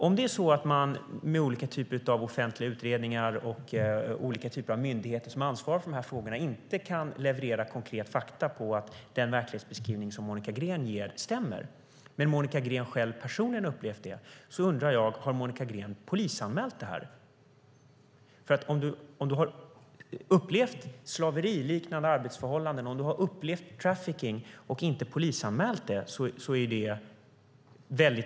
Om det är så att man med hjälp av olika typer av offentliga utredningar och myndigheter som ansvarar för frågorna inte kan leverera konkreta fakta på att den verklighetsbeskrivning som Monica Green ger stämmer, men Monica Green själv personligen har upplevt dem, undrar jag om Monica Green har polisanmält dem. Det är oroväckande om Monica Green har upplevt slaveriliknande arbetsförhållanden, trafficking, och inte polisanmält dem.